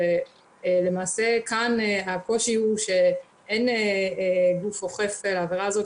למעשה כאן הקושי הוא שאין גוף אוכף לעבירה הזאת,